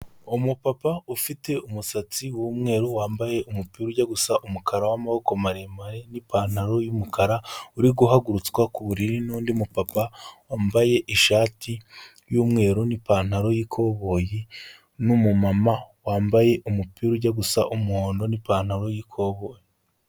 Umupapa ufite umusatsi w'umweru wambaye umupira ujya gusa umukara w'amaboko maremare n'ipantaro y'umukara, uri guhagurutswa ku buriri n'undi mupapa wambaye ishati y'umweru n'ipantaro y'ikoboyi n'umumama wambaye umupira ujya gusa umuhondo n'ipantaro y'ikoboyi.